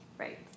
Right